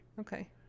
Okay